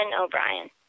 O'Brien